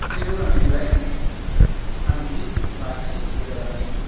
सेजौ रांनिफ्राय थामजि बाजि रोजा रांसिम